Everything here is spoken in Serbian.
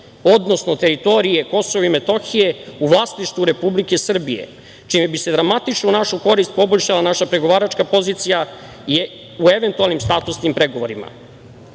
odnosno teritorije Kosova i Metohije u vlasništvu Republike Srbije, čime bi se dramatično u našu korist poboljšala naša pregovaračka pozicija u eventualnim statusnim pregovorima. Privremene